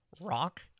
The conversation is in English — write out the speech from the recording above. rock